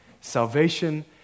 Salvation